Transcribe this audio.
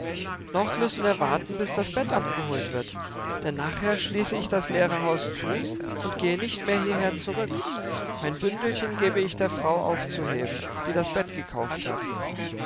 noch müssen wir warten bis das bett abgeholt wird denn nachher schließe ich das leere haus zu und gehe nicht mehr hierher zurück mein bündelchen gebe ich der frau aufzuheben die das bett gekauft hat